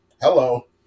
Hello